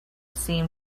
seem